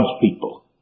people